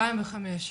ליועצת המשפטית.